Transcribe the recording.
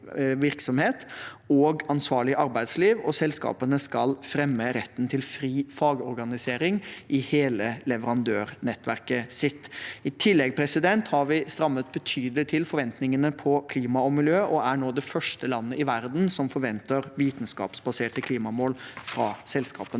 og ansvarlig arbeidsliv, og selskapene skal fremme retten til fri fagorganisering i hele leverandørnettverket sitt. I tillegg har vi strammet betydelig til når det gjelder forventningene innen klima og miljø, og vi er nå det første landet i verden som forventer vitenskapsbaserte klimamål fra selskapene.